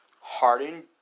Harden